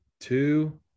two